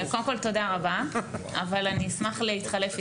תודה רבה אבל אני אשמח להתחלף איתם.